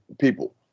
people